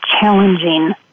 challenging